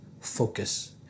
Focus